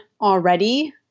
already